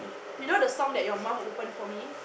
you know the song that your mum open for me